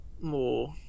more